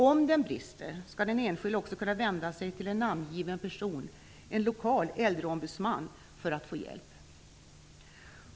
Om den brister skall den enskilde kunna vända sig till en namngiven person - en lokal äldreombudsman - för att få hjälp.